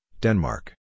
Denmark